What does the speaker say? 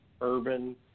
urban